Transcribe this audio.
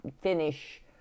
finish